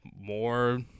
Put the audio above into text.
More